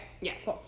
yes